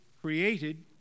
created